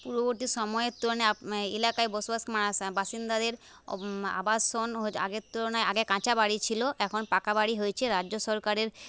পূর্ববর্তী সময়ের তুলনায় এলাকায় বসবাস বাসিন্দাদের আবাসন আগের তুলনায় আগে কাঁচা বাড়ি ছিল এখন পাকা বাড়ি হয়েছে রাজ্য সরকারের